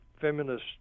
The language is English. feminist